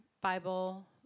Bible